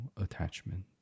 attachment